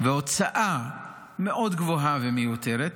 והוצאה מאוד גבוהה ומיותרת,